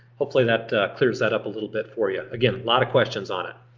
hopefully that clears that up a little bit for you. again, a lot of questions on it.